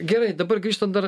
gerai dabar grįžtant dar